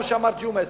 למה שאמר ג'ומס.